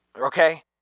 okay